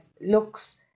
looks